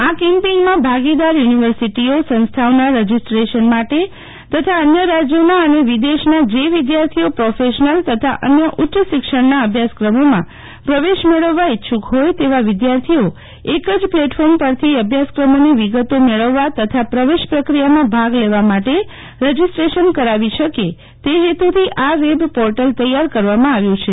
આ કેમ્પેઇનમાં ભાગીદાર યુનિવર્સિટીઓસંસ્થાઓના રજિસ્ટ્રેશન માટે તથા અન્ય રાજ્યોના અને વિદેશના જે વિદ્યાર્થીઓ પ્રોફેશનલ તથા અન્ય ઉચ્ચ શિક્ષણના અભ્યાસક્રમોમાં પ્રવેશ મેળવવા ઇચ્છુક હોય તેવા વિદ્યાર્થીઓ એક જ પ્લેટફોર્મ પરથી અભ્યાસક્રમોની વિગતો મેળવવવા તથા પ્રવેશ પ્રક્રિયામાં ભાગ લેવા માટે રજિસ્ટ્રેશન કરાવી શકે તે હેતુથી આ વેબ પોર્ટલ તૈયાર કરવામાં આવ્યું છે